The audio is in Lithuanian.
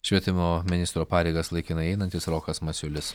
švietimo ministro pareigas laikinai einantis rokas masiulis